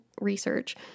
research